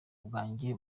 bwanjye